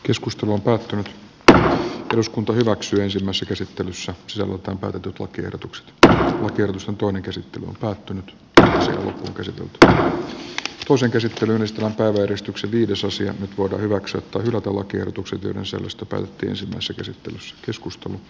keskustelu on päättynyt että eduskunta hyväksyy sinänsä käsittelyssä solukämpältä tultua kerrotuksi että yritys on toinen esitys on päättynyt tai kysytty tää tuo sen käsittelyyn istuvan todistuksen viidesosa ja korvauksetta tilat ovat ehdotukset uuden sellusta palkkiosummassa käsittelyssä lähtökohtaisesti hyvä